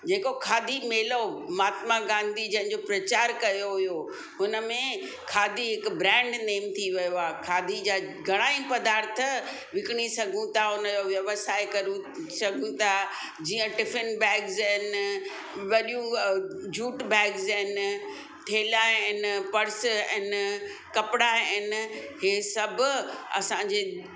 जेक़ो खादी मेलो महात्मा गांधी जंहिंजो प्रचार कयो हुयो हुनमें खादी हिकु ब्रैंड नेम थी वियो आहे खादी जा घणा ई प्रदार्थ विकिणी सघूं था उनजो व्यवसाय करे सघूं था जीअं टिफिन बैग्स आहिनि वॾियूं अ जूट बैग्स आहिनि थेला आहिनि पर्स आहिनि कपिड़ा आहिनि हीअ सभु असांजे